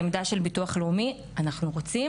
העמדה של ביטוח לאומי היא שאנחנו רוצים